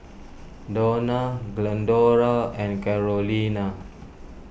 Dawna Glendora and Carolina